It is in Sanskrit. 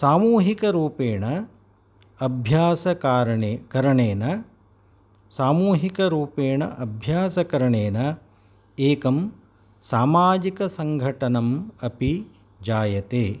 सामूहिकरूपेण अभ्यासकारणे करणेन सामूहिकरूपेण अभ्यासकरणेन एकं सामाजिकसङ्घटनम् अपि जायते